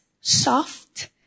soft